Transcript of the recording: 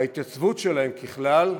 וההתייצבות שלהם, ככלל,